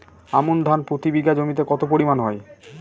আমন ধান প্রতি বিঘা জমিতে কতো পরিমাণ হয়?